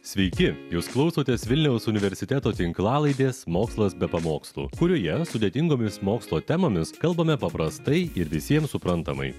sveiki jūs klausotės vilniaus universiteto tinklalaidės mokslas be pamokslų kurioje sudėtingomis mokslo temomis kalbame paprastai ir visiems suprantamai